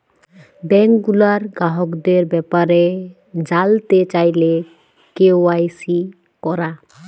bank গুলার গ্রাহকদের ব্যাপারে জালতে চাইলে কে.ওয়াই.সি ক্যরা